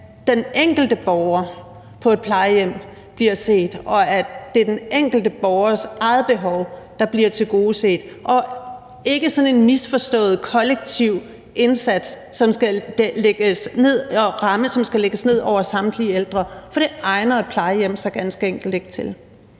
den enkelte borger på et plejehjem bliver set, og at det er den enkelte borgers eget behov, der bliver tilgodeset, og at det ikke er sådan en misforstået kollektiv indsats, som skal trækkes ned over samtlige ældre, for det egner et plejehjem sig ganske enkelt ikke til.